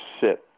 sit